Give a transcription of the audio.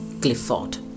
clifford